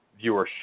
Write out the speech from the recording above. viewership